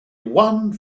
one